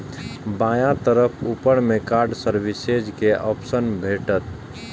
बायां तरफ ऊपर मे कार्ड सर्विसेज के ऑप्शन भेटत